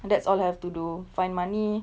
and that's all I have to do find money